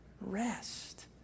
rest